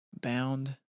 Bound